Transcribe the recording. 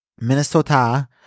Minnesota